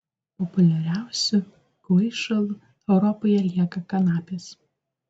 populiariausiu kvaišalu europoje lieka kanapės